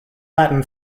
latin